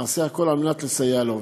נעשה הכול על מנת לסייע לו.